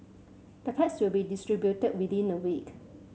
the packs will be distributed within a week